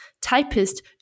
typist